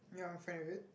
ya I'm fine with it